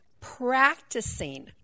practicing